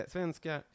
Svenska